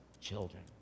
children